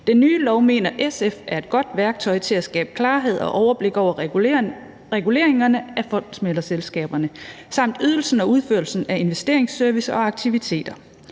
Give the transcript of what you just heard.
Den nye lov mener SF er et godt værktøj til at skabe klarhed og overblik over reguleringerne af fondsmæglerselskaberne samt ydelsen og udførelsen af investeringsservice og -aktiviteter.